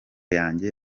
yanjye